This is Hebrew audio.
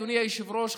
אדוני היושב-ראש,